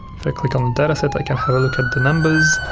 if i click on the data set i can have a look at the numbers,